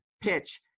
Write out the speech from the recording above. PITCH